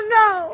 no